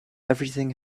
everything